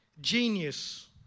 genius